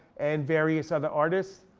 and various other artists.